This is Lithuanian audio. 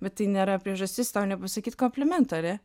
bet tai nėra priežastis tau nepasakyt komplimento ane